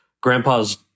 grandpa's